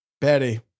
Betty